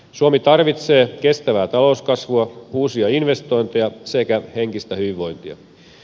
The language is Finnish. suomi tarvitsee kestävää talouskasvua uusia investointeja sekä henkistä hyvinvointia